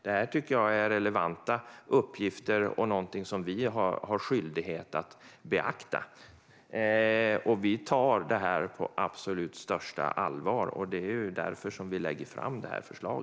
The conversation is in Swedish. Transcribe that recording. Detta är relevanta frågor som vi är skyldiga att beakta. Vi tar detta på största allvar, och därför lägger vi fram detta förslag.